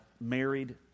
married